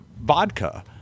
vodka